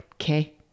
okay